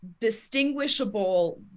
distinguishable